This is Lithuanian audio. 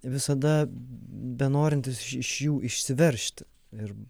visada benorintis iš iš jų išsiveržti ir